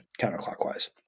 counterclockwise